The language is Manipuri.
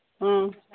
ꯑꯥ